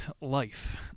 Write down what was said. life